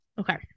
Okay